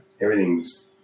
Everything's